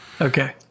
Okay